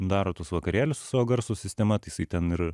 daro tuos vakarėlius su savo garso sistema tai jisai ten ir